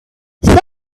some